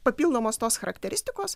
papildomos tos charakteristikos